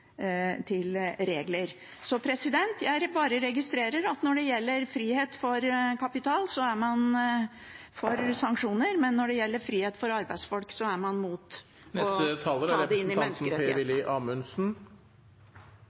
regler. Så jeg bare registrerer at når det gjelder frihet for kapital, er man for sanksjoner, men når det gjelder frihet for arbeidsfolk, så er man mot å ta det inn i menneskerettsloven. Per-Willy Amundsen